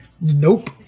Nope